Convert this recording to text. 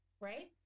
right